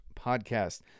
podcast